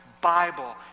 Bible